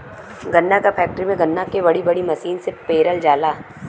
गन्ना क फैक्ट्री में गन्ना के बड़ी बड़ी मसीन से पेरल जाला